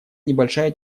небольшая